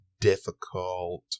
difficult